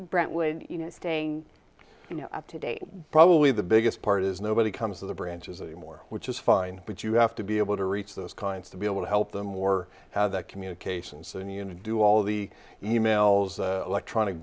brentwood you know staying up to date probably the biggest part is nobody comes to the branches anymore which is fine but you have to be able to reach those kinds to be able to help them or have the communications and the unit do all of the e mails electronic